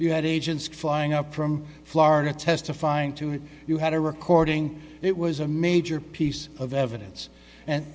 you had agents flying up from florida testifying to it you had a recording it was a major piece of evidence and